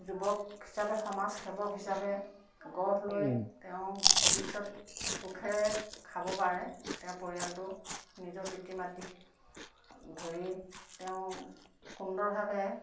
যুৱক হিচাপে সমাজ সেৱক হিচাপে গঢ় লৈ তেওঁ ভৱিষ্যত সুখেৰে খাব পাৰে তেওঁৰ পৰিয়ালটো নিজৰ পিতৃ মাতৃক ধৰি তেওঁ সুন্দৰভাৱে